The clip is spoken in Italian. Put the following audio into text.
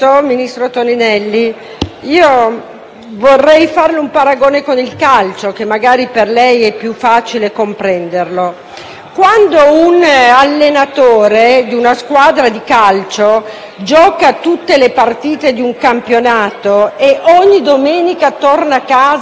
vorrei fare un paragone con il calcio che, magari, per lei è più facile comprendere. Quando un allenatore di una squadra di calcio gioca tutte le partite di un campionato e ogni domenica torna a casa con una sonora sconfitta,